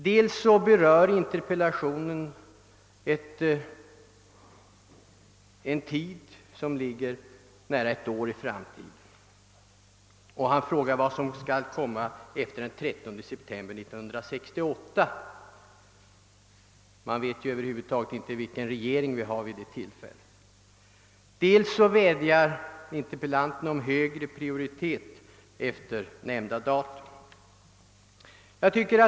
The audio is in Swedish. Dels berör den en tid som ligger nära ett år framåt, och herr Svensson frågar vad som skall komma efter den 13 september 1968 — vi vet ännu inte, herr Svensson, hur valet i september kommer att utfalla —, dels vädjar interpellanten om högre prioritet efter nämnda datum.